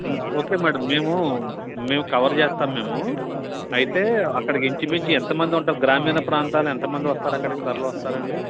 okay madam మేము మేము cover చేస్తాము మేము అయితే అక్కడికి ఇంచుమించు ఎంతమంది ఉంటారు గ్రామీణ ప్రాంతాలు ఎంతమంది వస్తారు అక్కడికి తరలి వస్తారండీ